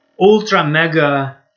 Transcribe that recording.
ultra-mega